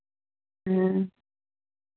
ᱦᱮᱸ